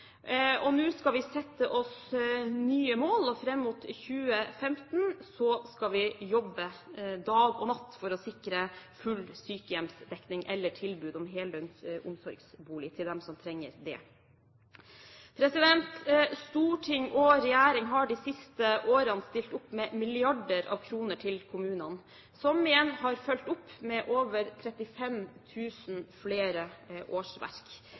Nå skal vi sette oss nye mål, og fram mot 2015 skal vi jobbe dag og natt for å sikre full sykehjemsdekning, eller tilbud om heldøgns omsorgsbolig til dem som trenger det. Storting og regjering har de siste årene stilt opp med milliarder av kroner til kommunene – som igjen har fulgt opp med over 35 000 flere årsverk,